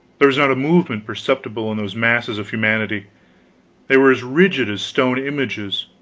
there was not a movement perceptible in those masses of humanity they were as rigid as stone images,